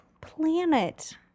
planet